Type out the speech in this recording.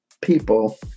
people